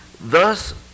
Thus